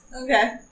Okay